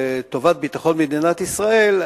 לטובת ביטחון מדינת ישראל,